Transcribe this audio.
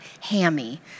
hammy